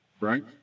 right